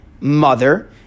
mother